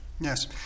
Yes